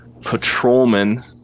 patrolman